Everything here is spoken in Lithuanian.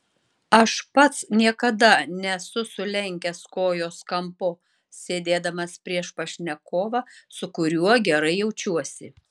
aš pats niekada nesu sulenkęs kojos kampu sėdėdamas prieš pašnekovą su kuriuo gerai jaučiuosi